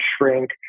shrink